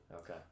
Okay